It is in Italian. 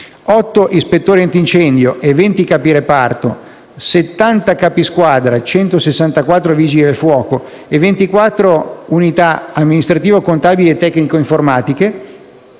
8 ispettori antincendio, 20 capi reparto, 70 capi squadra, 164 vigili del fuoco e 24 unità amministrativo-contabili e tecnico-informatiche),